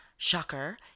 shocker